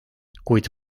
kuid